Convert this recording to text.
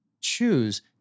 choose